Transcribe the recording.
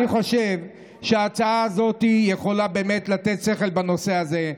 אני חושב שההצעה הזאת יכולה באמת לעשות שכל בנושא הזה,